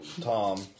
Tom